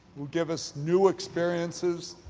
will give us new experiences,